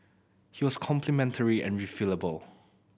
he was complementary and refillable